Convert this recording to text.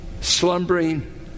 slumbering